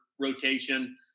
rotation